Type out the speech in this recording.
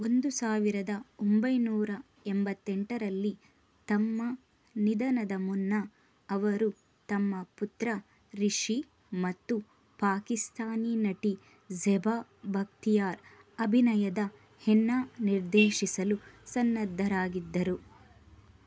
ಒಂದು ಸಾವಿರದ ಒಂಬೈನೂರ ಎಂಬತ್ತೆಂಟರಲ್ಲಿ ತಮ್ಮ ನಿಧನದ ಮುನ್ನ ಅವರು ತಮ್ಮ ಪುತ್ರ ರಿಷಿ ಮತ್ತು ಪಾಕಿಸ್ತಾನಿ ನಟಿ ಝೆಬಾ ಭಕ್ತಿಯಾರ್ ಅಭಿನಯದ ಹೆನ್ನಾ ನಿರ್ದೇಶಿಸಲು ಸನ್ನದ್ಧರಾಗಿದ್ದರು